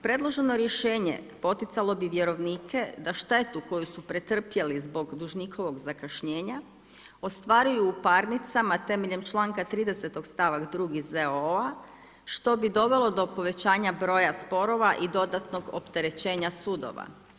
Predloženo rješenje poticalo bi vjerovnike da štetu koju su pretrpjeli zbog dužnikovog zakašnjenja ostvaruju u parnicama temeljem članka 30. stavak 2. ZOO-a što bi dovelo do povećanja broja sporova i dodatnog opterećenja sudova.